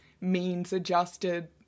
means-adjusted